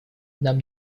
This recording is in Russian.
нам